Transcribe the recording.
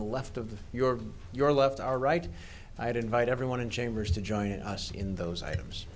the left of your your left or right i had invited everyone in chambers to join us in those items